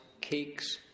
cakes